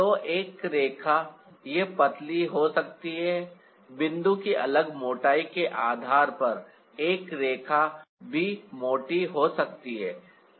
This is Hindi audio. तो एक रेखा यह पतली हो सकती है बिंदु की अलग मोटाई के आधार पर एक रेखा भी मोटी हो सकती है